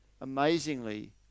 amazingly